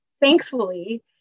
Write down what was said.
thankfully